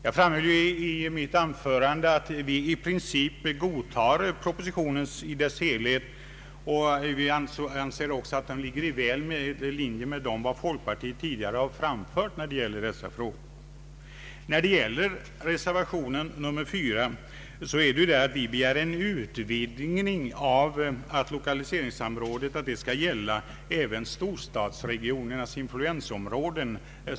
Jag framhöll i mitt anförande att vi i princip godtar propositionen i dess helhet. Vi anser också att den ligger väl i linje med vad folkpartiet tidigare har framfört 1 dessa frågor. I reservation 4 begär vi en utvidgning av samrådsskyldigheten till att gälla även inom starkt expansiva stadsregioner i storstädernas omedelbara influensområde.